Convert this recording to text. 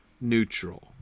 neutral